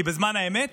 כי בזמן האמת,